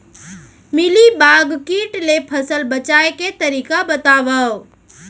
Mealybug किट ले फसल बचाए के तरीका बतावव?